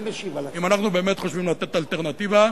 אם אנחנו באמת חושבים לתת אלטרנטיבה,